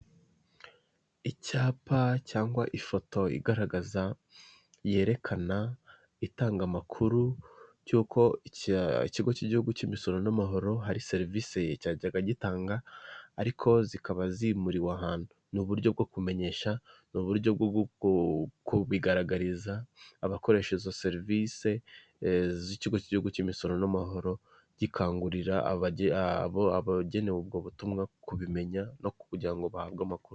Icyapa cyangwa ifoto igaragaza, yerekana, itanga amakuru y'uko ikigo cy'igihugu cy'imisoro n'amahoro, hari serivisi cyajyaga gitanga, ariko zikaba zimuriwe ahantu, n'uburyo bwo kumenyesha, uburyo bwo kubigaragariza abakoresha izo serivisi z'ikigo cy'igihugu cy'imisoro n'amahoro, gikangurira abagenewe ubwo butumwa kubimenya no kugira ngo bahabwe amakuru.